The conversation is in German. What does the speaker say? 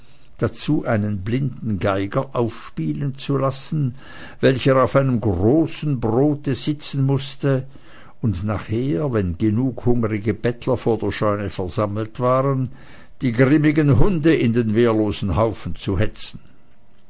dazu einen blinden geiger aufspielen zu lassen welcher auf einem großen brote sitzen mußte und nachher wenn genug hungrige bettler vor der scheune versammelt waren die grimmigen hunde in den wehrlosen haufen zu hetzen